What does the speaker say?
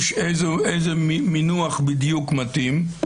איזה מינוח בדיוק מתאים,